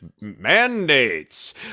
mandates